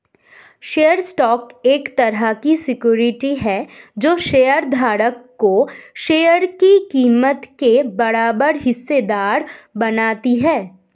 share stock एक तरह की सिक्योरिटी है जो शेयर धारक को शेयर की कीमत के बराबर हिस्सेदार बनाती है